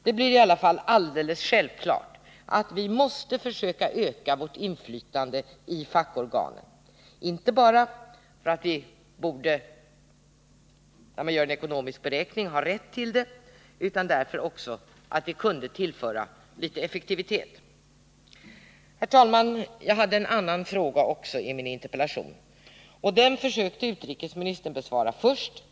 Det blir i alla fall alldeles självklart att vi måste försöka öka vårt inflytande i fackorganen, inte bara för att vi — om man gör en ekonomisk beräkning — borde ha rätt till det utan också därför att vi kunde tillföra litet effektivitet. Herr talman! Jag hade också en annan fråga i min interpellation, och den försökte utrikesministern besvara först.